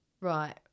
Right